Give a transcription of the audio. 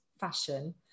fashion